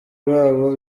babo